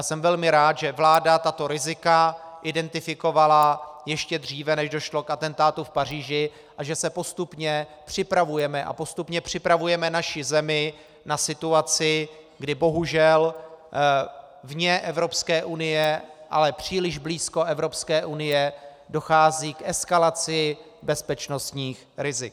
Jsem velmi rád, že vláda tato rizika identifikovala ještě dříve, než došlo k atentátu v Paříži, a že se postupně připravujeme a postupně připravujeme naši zemi na situaci, kdy bohužel vně Evropské unie, ale příliš blízko Evropské unie dochází k eskalaci bezpečnostních rizik.